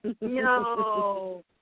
No